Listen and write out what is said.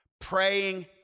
praying